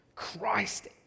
Christ